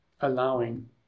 allowing